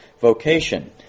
vocation